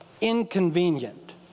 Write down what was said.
inconvenient